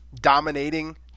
dominating